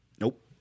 Nope